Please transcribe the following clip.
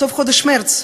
בסוף חודש מרס,